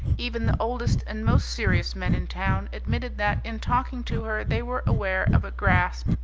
even the oldest and most serious men in town admitted that in talking to her they were aware of a grasp,